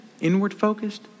inward-focused